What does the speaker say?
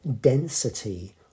density